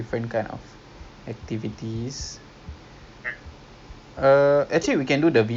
I think adam pernah pergi force rabung and he he say that is okay leh but he went in the day